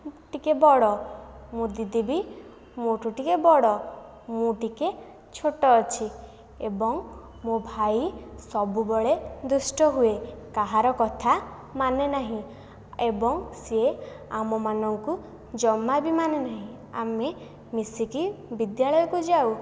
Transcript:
ଟିକିଏ ବଡ଼ ମୋ ଦିଦି ବି ମୋ'ଠୁ ଟିକିଏ ବଡ଼ ମୁଁ ଟିକିଏ ଛୋଟ ଅଛି ଏବଂ ମୋ' ଭାଇ ସବୁବେଳେ ଦୁଷ୍ଟହୁଏ କାହାର କଥା ମାନେନାହିଁ ଏବଂ ସିଏ ଆମମାନଙ୍କୁ ଜମା ବି ମାନେନାହିଁ ଆମେ ମିଶିକି ବିଦ୍ୟାଳୟକୁ ଯାଉ